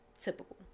typical